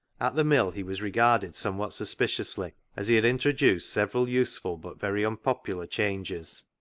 at the mill he was regarded somewhat sus piciously, as he had introduced several useful but very unpopular changes.